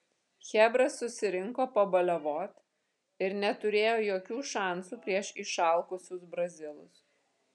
chebra susirinko pabaliavot ir neturėjo jokių šansų prieš išalkusius brazilus